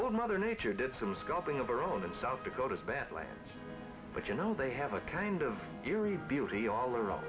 mother nature did some scoping of their own in south dakota badlands but you know they have a kind of eerie beauty all around